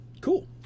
Cool